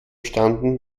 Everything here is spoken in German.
standen